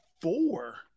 four